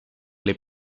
les